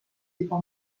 juba